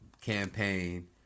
campaign